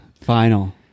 final